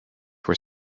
were